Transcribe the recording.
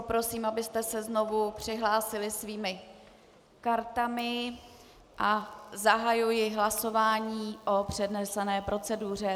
Poprosím, abyste se znovu přihlásili svými kartami, a zahajuji hlasování o přednesené proceduře.